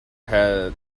had